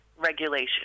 regulation